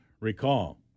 recall